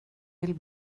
vill